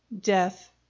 death